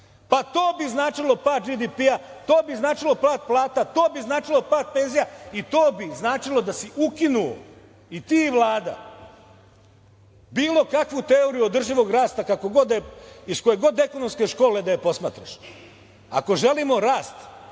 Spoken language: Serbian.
Pa to bi značilo pad BDP, to bi značilo pad plata, to bi značilo pad penzija i to bi značilo da si ukinuo, i ti i Vlada, bilo kakvu teoriju održivog rasta, iz koje god ekonomske škole da je posmatraš. Ako želimo rast,